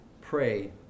pray